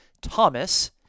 Thomas